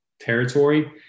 territory